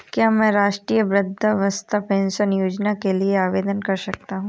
क्या मैं राष्ट्रीय वृद्धावस्था पेंशन योजना के लिए आवेदन कर सकता हूँ?